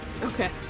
Okay